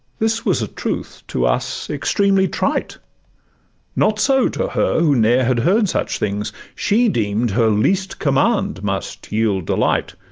this was a truth to us extremely trite not so to her, who ne'er had heard such things she deem'd her least command must yield delight,